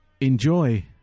enjoy